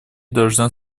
должна